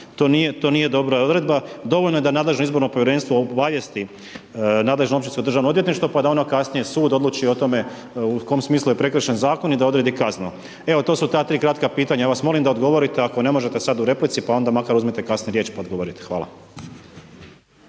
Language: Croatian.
To nije dobra odredba. Dovoljno je da nadležno izborno povjerenstvo obavijesti nadležno općinsko državno odvjetništvo pa da onda kasnije sud odluči o tome u kojem smislu je prekršen zakon i da odredi kaznu. Evo to su ta tri kratka pitanja. Ja vas molim da odgovorite ako ne možete sada u replici, pa onda makar uzmete kasnije riječ pa odgovorite. Hvala.